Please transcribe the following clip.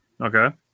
Okay